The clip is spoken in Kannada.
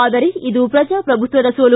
ಆದರೆ ಇದು ಪ್ರಜಾಪ್ರಭುತ್ವದ ಸೋಲು